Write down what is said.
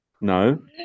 No